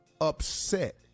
upset